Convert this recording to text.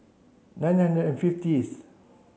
nine hundred and fiftieth